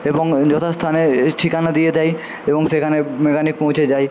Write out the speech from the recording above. এবং যথাস্থানে এ ঠিকানা দিয়ে দেয় এবং সেখানে মেকানিক পৌঁছে যায়